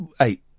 Eight